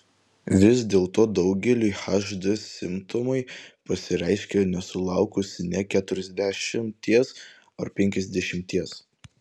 vis dėlto daugeliui hd simptomai pasireiškia nesulaukus nė keturiasdešimties arba penkiasdešimties